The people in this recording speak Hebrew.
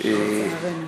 לצערנו.